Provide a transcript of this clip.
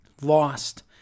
lost